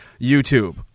YouTube